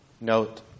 note